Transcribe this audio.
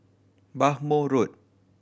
Bhamo Road